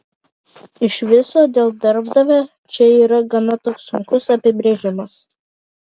iš viso dėl darbdavio čia yra gana toks sunkus apibrėžimas